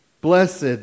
Blessed